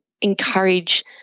encourage